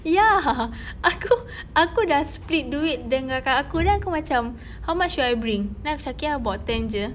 ya aku aku sudah split duit dengan kakak aku then aku macam how much should I bring then aku cakap okay ah about ten jer